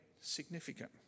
significant